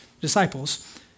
disciples